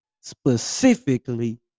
specifically